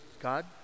God